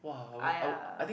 !aiya!